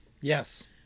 Yes